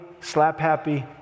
slap-happy